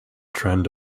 trend